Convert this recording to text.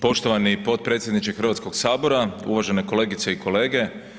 Poštovani potpredsjedniče Hrvatskoga sabora, uvažene kolegice i kolege.